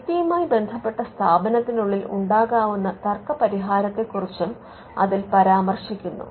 I പിയുമായി ബന്ധപ്പെട്ട സ്ഥാപനത്തിനുള്ളിൽ ഉണ്ടാകാവുന്ന തർക്ക പരിഹാരത്തെക്കുറിച്ചും അതിൽ പരാമർശിക്കുന്നു